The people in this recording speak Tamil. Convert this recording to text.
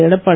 எடப்பாடி